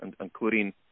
including